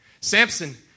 Samson